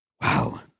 Wow